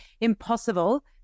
impossible